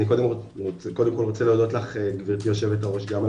אני רוצה קודם להודות לך גברתי יושבת הראש גם על